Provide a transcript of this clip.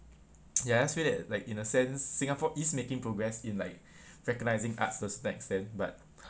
ya I just feel that like in a sense singapore is making progress in like recognising arts to a certain extent but